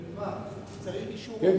למטווח צריך אישור הורים.